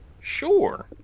Sure